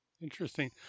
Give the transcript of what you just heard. Interesting